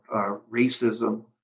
racism